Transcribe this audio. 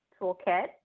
Toolkit